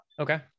Okay